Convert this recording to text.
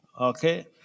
Okay